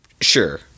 sure